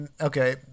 Okay